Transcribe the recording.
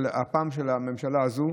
הפעם של הממשלה הזו,